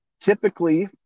typically